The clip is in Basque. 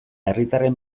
herritarren